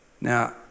Now